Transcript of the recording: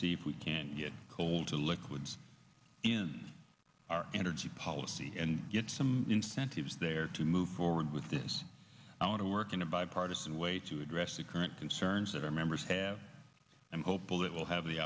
see if we can get coal to liquids in our energy policy and get some incentives there to move forward with this i want to work in a bipartisan way to address the current concerns that our members have i'm hopeful that we'll have the